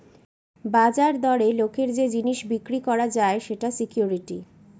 বাজার দরে লোকের যে জিনিস বিক্রি করা যায় সেটা সিকুইরিটি